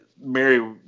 mary